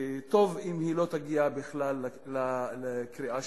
וטוב אם היא לא תגיע בכלל לקריאה שנייה ושלישית.